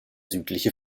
südliche